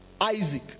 Isaac